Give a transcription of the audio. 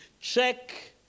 Check